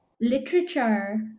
literature